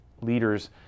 leaders